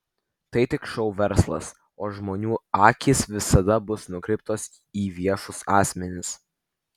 tai tik šou verslas o žmonių akys visada bus nukreiptos į viešus asmenis